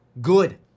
good